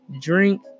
Drink